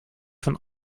van